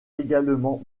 également